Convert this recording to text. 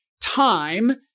time